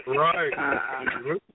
Right